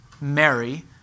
Mary